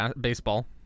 baseball